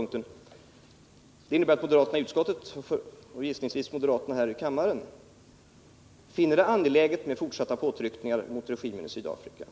Detta innebär att moderaterna i utskottet, och gissningsvis moderaterna här i kammaren, finner det angeläget med fortsatta påtryckningarna mot regimen i Sydafrika